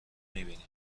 میبینی